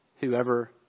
whoever